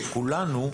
לכולנו,